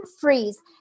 freeze